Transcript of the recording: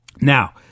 Now